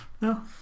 No